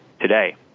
today